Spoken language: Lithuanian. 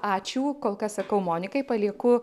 ačiū kol kas sakau monikai palieku